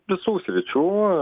visų sričių